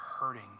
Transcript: hurting